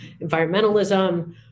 environmentalism